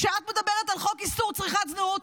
כשאת מדברת על חוק איסור צריכת זנות,